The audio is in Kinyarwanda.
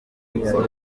bikorwa